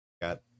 Got